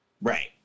Right